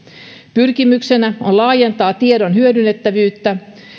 pyrkimyksenä on laajentaa tiedon hyödynnettävyyttä